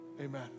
Amen